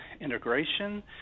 integration